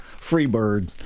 Freebird